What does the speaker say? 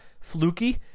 fluky